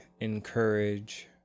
encourage